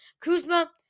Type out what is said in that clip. Kuzma